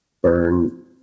burn